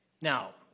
Now